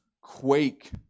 quake